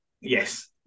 Yes